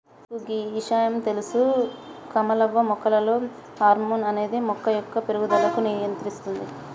మీకు గీ ఇషయాం తెలుస కమలవ్వ మొక్కలలో హార్మోన్ అనేది మొక్క యొక్క పేరుగుదలకు నియంత్రిస్తుంది